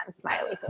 Smiley